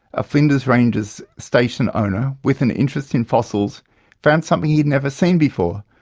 a flinders ranges station owner with an interest in fossils found something he'd never seen before,